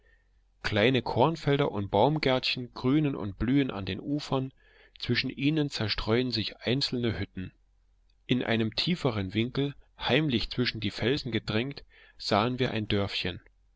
kleine kornfelder und baumgärtchen grünen und blühen an den ufern zwischen ihnen zerstreuen sich einzelne hütten in einem tieferen winkel heimlich zwischen die felsen gedrängt sahen wir ein dörfchen